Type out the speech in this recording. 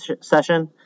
session